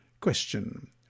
Question